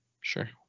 sure